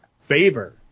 favor